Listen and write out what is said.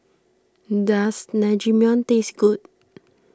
does Naengmyeon taste good